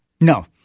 No